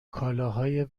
کالاهای